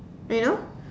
you know